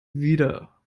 wieder